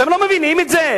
אתם לא מבינים את זה?